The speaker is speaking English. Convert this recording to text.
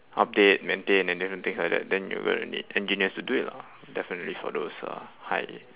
update maintain and different things like that then you're gonna need engineers to do it lah definitely for those uh high